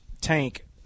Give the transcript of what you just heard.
tank